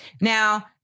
Now